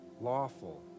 lawful